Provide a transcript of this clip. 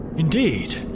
Indeed